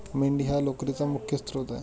मेंढी हा लोकरीचा मुख्य स्त्रोत आहे